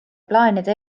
plaanide